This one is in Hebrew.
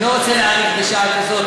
אני לא רוצה להאריך בשעה כזאת,